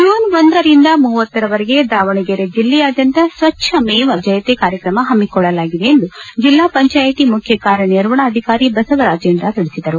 June ಒಂದರಿಂದ ಮೂವತ್ತರವರೆಗೆ ದಾವಣಗೆರೆ ಜಿಲ್ಲಾದ್ಯಂತ ಸ್ಟಚ್ಟ ಮೇವ ಜಯತೆ ಕಾರ್ಯ ಕ್ರಮ ಹಮ್ಮಿಕೊಳ್ಳಲಾಗಿದೆ ಎಂದು ಜಿಲ್ಲಾ ಪಂಚಾಯಿತಿ ಮುಖ್ಯ ಕಾರ್ಯ ನಿರ್ವಹಣಾಧಿಕಾರಿ ಬಸವರಾಜೇಂದ್ರ ತಿಳಿಸಿದರು